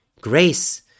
Grace